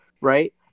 right